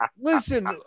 listen